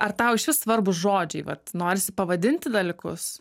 ar tau išvis svarbūs žodžiai vat norisi pavadinti dalykus